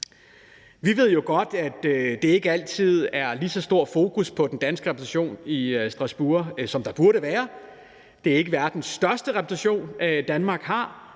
Vi ved jo godt, at der ikke altid er lige så stort fokus på den danske repræsentation i Strasbourg, som der burde være. Det er ikke verdens største repræsentation, Danmark har,